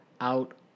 out